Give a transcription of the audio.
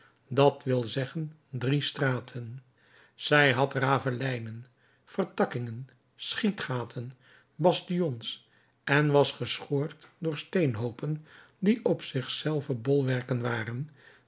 dat wil zeggen drie straten zij had ravelijnen vertakkingen schietgaten bastions en was geschoord door steenhoopen die op zich zelve bolwerken waren